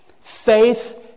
Faith